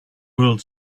world